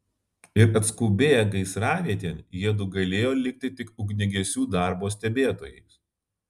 ir atskubėję gaisravietėn jiedu galėjo likti tik ugniagesių darbo stebėtojais